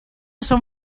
són